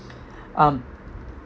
um